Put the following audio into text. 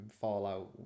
Fallout